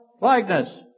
likeness